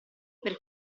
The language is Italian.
per